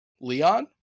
leon